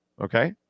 Okay